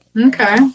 okay